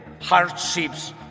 hardships